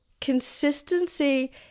consistency